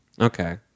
Okay